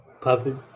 puppet